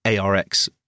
ARX